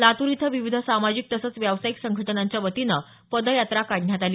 लातूर इथं विविध सामाजिक तसंच व्यावसायिक संघटनाच्या वतीनं पदयात्रा काढण्यात आली